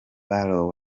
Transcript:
barrow